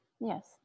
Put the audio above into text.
Yes